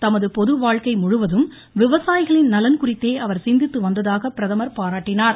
தமது பொது வாழ்க்கை முழுவதும் விவசாயிகளின் நலன் குறித்தே அவர் சிந்தித்து வந்ததாகவும் பிரதமர் பாராட்டினார்